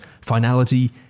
finality